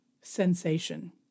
sensation